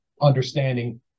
understanding